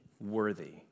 worthy